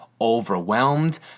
overwhelmed